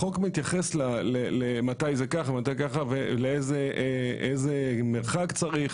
החוק מתייחס למתי זה כך ומתי זה כך ואיזה מרחק צריך.